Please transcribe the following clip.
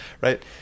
Right